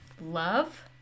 love